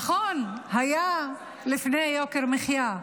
נכון, לפני, היה יוקר מחיה,